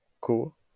cool